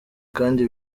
kandi